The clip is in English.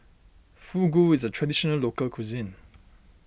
Fugu is a Traditional Local Cuisine